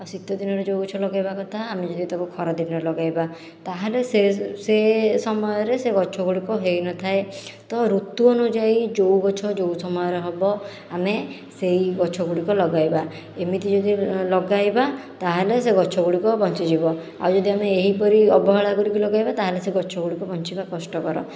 ଆଉ ଶୀତ ଦିନରେ ଯେଉଁ ଗଛ ଲଗେଇବା କଥା ଆମେ ଯଦି ତାକୁ ଖରା ଦିନରେ ଲଗେଇବା ତା'ହେଲେ ସେ ସେ ସମୟରେ ସେ ଗଛ ଗୁଡ଼ିକ ହୋଇନଥାଏ ତ ଋତୁ ଅନୁଯାଇ ଯେଉଁ ଗଛ ଯେଉଁ ସମୟରେ ହେବ ଆମେ ସେହି ଗଛ ଗୁଡ଼ିକ ଲଗାଇବା ଏମିତି ଯଦି ଲଗାଇବା ତା'ହେଲେ ସେ ଗଛ ଗୁଡ଼ିକ ବଞ୍ଚିଯିବ ଆଉ ଯଦି ଆମେ ଏହିପରି ଅବହେଳା କରିକି ଲଗେଇବା ତା'ହେଲେ ସେ ଗଛ ଗୁଡ଼ିକ ବଞ୍ଚିବା କଷ୍ଟକର